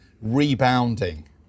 rebounding